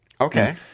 Okay